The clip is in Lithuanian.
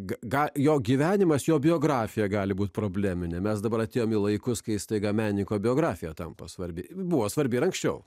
gal jo gyvenimas jo biografija gali būti probleminė mes dabar atėjome į laikus kai staiga menininko biografija tampa svarbi buvo svarbi ir anksčiau